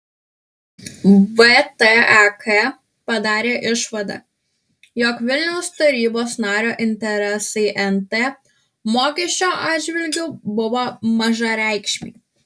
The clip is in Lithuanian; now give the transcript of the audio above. vtek padarė išvadą jog vilniaus tarybos nario interesai nt mokesčio atžvilgiu buvo mažareikšmiai